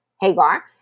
Hagar